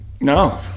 No